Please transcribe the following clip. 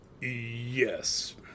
Yes